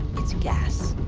it's gas.